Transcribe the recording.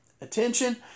attention